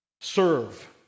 Serve